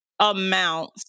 amount